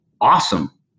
awesome